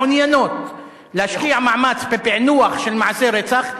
מעוניינות להשקיע מאמץ בפענוח של מעשי רצח,